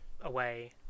away